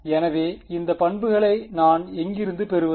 எனவே இந்த பண்புகளை நான் எங்கிருந்து பெறுவது